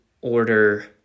order